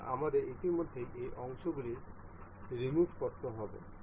সুতরাং আমাদের ইতিমধ্যে এই অংশগুলি রিমুভ করতে হবে